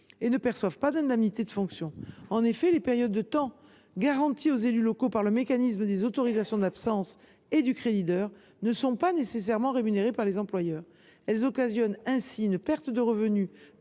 qui ne perçoivent pas d’indemnités de fonction. En effet, les périodes de temps garanties aux élus locaux par le mécanisme des autorisations d’absence et du crédit d’heures ne sont pas nécessairement rémunérées par les employeurs. Elles occasionnent ainsi une perte de revenus